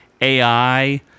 AI